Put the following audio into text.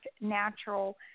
natural